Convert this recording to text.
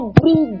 bring